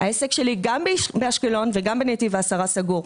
כי הפרוד שלי הוא איש ביטון ולא יכול להצטרף אליי,